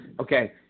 Okay